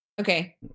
Okay